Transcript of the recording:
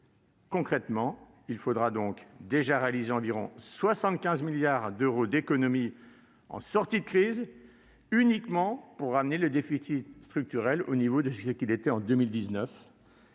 Concrètement, il faudra déjà réaliser environ 75 milliards d'euros d'économies en sortie de crise, uniquement pour ramener le déficit structurel à son niveau de 2019, ce qui est encore